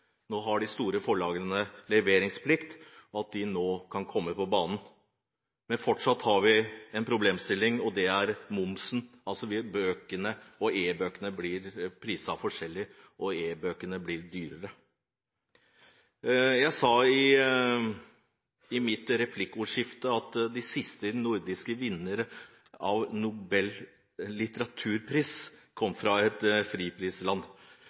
nå har leveringsplikt, at de nå kan komme på banen. Men fortsatt har vi en problemstilling, og det er momsen. Bøkene og e-bøkene blir priset forskjellig, og e-bøkene blir dyrere. Jeg sa i replikkordskiftet at de siste nordiske vinnerne av Nobelprisen i litteratur kom fra friprisland.